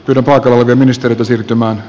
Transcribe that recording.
ylva tuote ministeriötä siirtämään